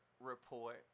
Report